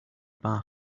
bar